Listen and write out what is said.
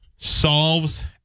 solves